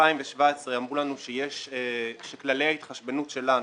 ב-2017 אמרו לנו שכללי ההתחשבנות שלנו,